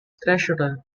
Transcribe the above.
treasurer